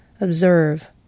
Observe